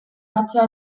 hartzea